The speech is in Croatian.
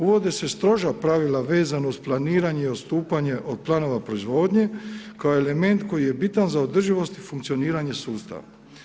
Uvode se stroža pravila vezana uz planiranje i odstupanje od planova proizvodnje kao element koji je bitan za održivost i funkcioniranje sustava.